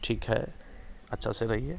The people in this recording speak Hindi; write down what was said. ठीक है अच्छा से रहिए